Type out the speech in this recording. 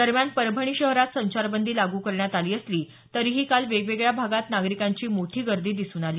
दरम्यान परभणी शहरात संचारबंदी लागू करण्यात आली असली तरीही काल वेगवेगळ्या भागात नागरिकांची मोठी गर्दी दिसून आली